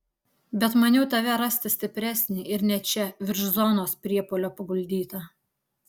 bet maniau tave rasti stipresnį ir ne čia virš zonos priepuolio paguldytą